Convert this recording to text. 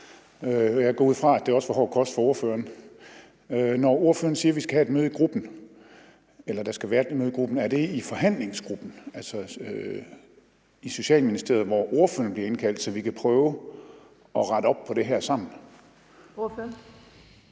jeg går ud fra, at det også var hård kost for ordføreren. Når ordføreren siger, at der skal være et møde i gruppen, er det så i forhandlingsgruppen i Socialministeriet, hvor ordførerne bliver indkaldt, så vi kan prøve at rette op på det her sammen?